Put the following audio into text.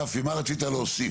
רפי, מה רצית להוסיף?